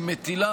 היא מטילה